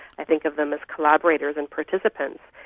i think of them as collaborators and participants.